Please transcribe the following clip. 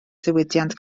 diwydiant